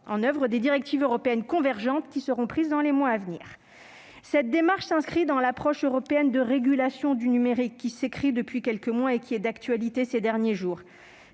en oeuvre des directives européennes convergentes qui seront prises dans les mois à venir. Cette démarche s'inscrit dans l'approche européenne de régulation du numérique qui s'écrit depuis quelques mois et qui est d'actualité ces derniers jours